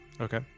Okay